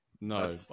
No